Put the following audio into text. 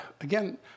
again